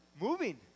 moving